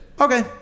Okay